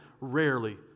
rarely